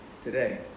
today